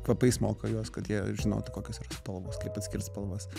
kvapais moko juos kad jie žinotų kokios spalvos kaip atskirt spalvas